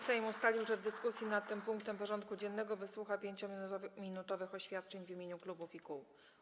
Sejm ustalił, że w dyskusji nad tym punktem porządku dziennego wysłucha 5-minutowych oświadczeń w imieniu klubów i kół.